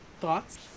Thoughts